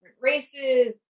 races